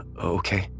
okay